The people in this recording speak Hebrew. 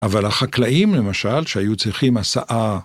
‫אבל החקלאים, למשל, ‫שהיו צריכים הסעה...